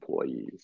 employees